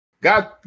God